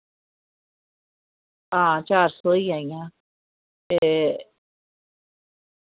आं चार सौ होई आइयां ते